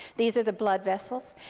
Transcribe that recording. these are the blood vessels.